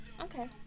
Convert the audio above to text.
Okay